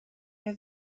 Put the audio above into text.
nhw